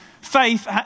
Faith